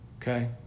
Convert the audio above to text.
Okay